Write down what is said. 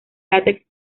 látex